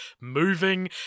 moving